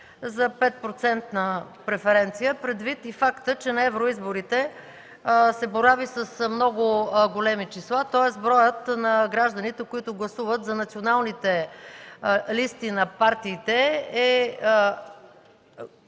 процентна преференция, предвид и факта, че на евроизборите се борави с много големи числа, тоест броят на гражданите, които гласуват за националните листи на партиите е